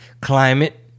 climate